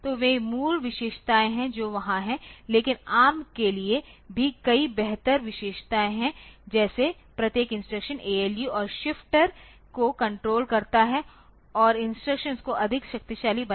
तो वे मूल विशेषताएं हैं जो वहां हैं लेकिन ARM के लिए भी कई बेहतर विशेषताएं हैं जैसे प्रत्येक इंस्ट्रक्शन ALU और शिफ्टर को कण्ट्रोल करता है और इंस्ट्रक्शंस को अधिक शक्तिशाली बनाता है